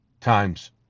times